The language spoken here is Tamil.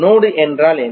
நோடு என்றால் என்ன